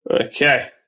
okay